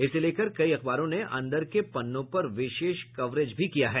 इसको लेकर कई अखबारों ने अंदर के पन्नों पर विशेष कवरेज भी किया है